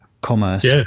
commerce